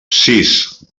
sis